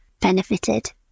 benefited